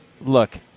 look